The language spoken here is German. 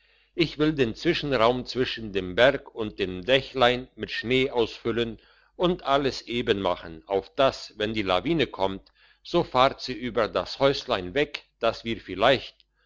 ich will den zwischenraum zwischen dem berg und dem dächlein mit schnee ausfüllen und alles eben machen auf dass wenn die lawine kommt so fahrt sie über das häuslein weg dass wir vielleicht